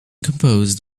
composed